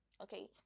Okay